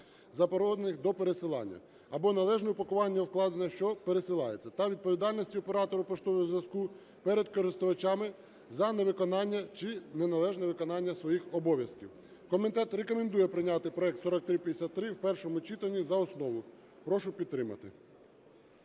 заборонених до переселення, або належне упакування вкладень, що пересилається, та відповідальності оператора поштового зв'язку перед користувачами за невиконання чи неналежне виконання своїх обов'язків. Комітет рекомендує прийняти проект 4353 в першому читанні за основу. Прошу підтримати.